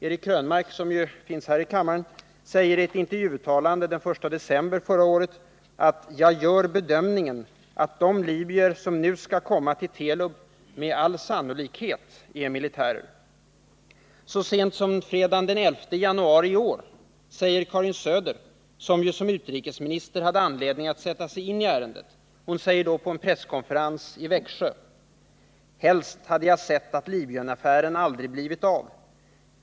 Eric Krönmark, som finns i kammaren, sade i ett intervjuuttalande den I december förra året: ”Jag gör bedömningen att de libyer som nu skall komma till Telub med all sannolikhet är militärer.” Så sent som fredagen den 11 januari i år sade Karin Söder — som ju som utrikesminister hade anledning att sätta sig in i ärendet — på en presskonferensi Växjö: ”Helst hade jag sett att Libyenaffären aldrig blivit av.